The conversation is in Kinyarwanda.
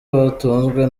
batunzwe